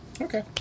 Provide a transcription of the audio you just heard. Okay